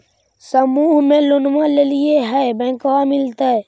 समुह मे लोनवा लेलिऐ है बैंकवा मिलतै?